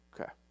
Okay